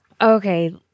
okay